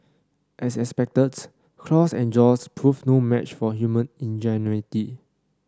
as expected claws and jaws proved no match for human ingenuity